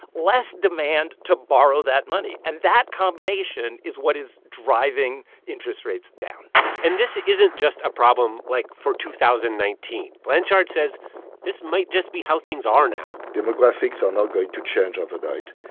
less demand to borrow that money. and that combination is what is driving interest rates down and this isn't just a problem, like, for two thousand and nineteen. blanchard says this might just be how things are now demographics are not going to change overnight.